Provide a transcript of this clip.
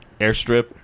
airstrip